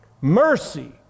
Mercy